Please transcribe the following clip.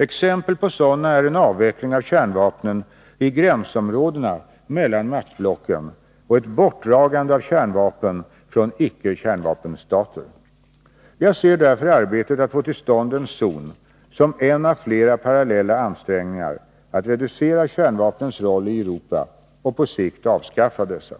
Exempel på sådana är en avveckling av kärnvapnen i gränsområdena mellan maktblocken och ett bortdragande av kärnvapen från icke-kärnvapenstater. Jag ser därför arbetet att få till stånd en zon som en av flera parallella ansträngningar att reducera kärnvapnens roll i Europa och på sikt avskaffa dessa.